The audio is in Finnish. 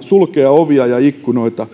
sulkea ovia ja ikkunoita